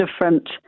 different